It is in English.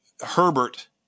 Herbert